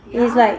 it's like